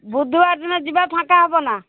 ବୁଧୁବାର ଦିନ ଯିବା ଫାଙ୍କା ହେବନା